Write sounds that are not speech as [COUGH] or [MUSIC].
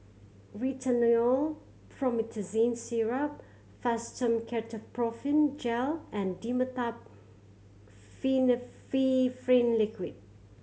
Rhinathiol Promethazine Syrup Fastum Ketoprofen Gel and Dimetapp [UNINTELLIGIBLE] Liquid